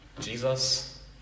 Jesus